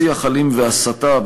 שיח אלים והסתה,